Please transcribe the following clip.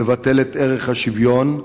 תבטל את ערך השוויון,